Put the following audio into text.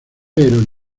pero